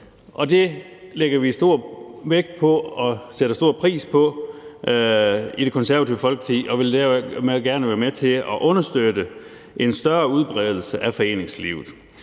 det lægger vi stor vægt på og sætter stor pris på i Det Konservative Folkeparti, og vi vil dermed gerne være med til at understøtte en større udbredelse af foreningslivet.